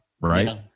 Right